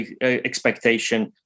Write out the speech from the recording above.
expectation